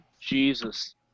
Jesus